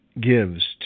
gives